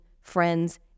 friends